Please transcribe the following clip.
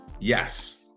yes